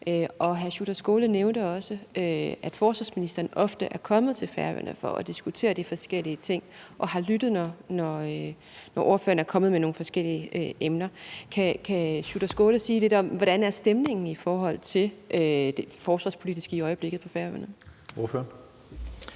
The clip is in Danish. Hr. Sjúrður Skaale nævnte også, at forsvarsministeren ofte er kommet til Færøerne for at diskutere de forskellige ting og har lyttet, når ordføreren er kommet med nogle forskellige emner. Kan hr. Sjúrður Skaale sige lidt om, hvordan stemningen er i forhold til det forsvarspolitiske i øjeblikket på Færøerne? Kl.